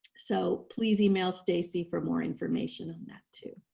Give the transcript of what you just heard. so please email stacey for more information on that too.